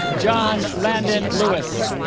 john landon lewis